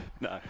No